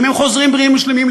לפעמים הם חוזרים בריאים ושלמים,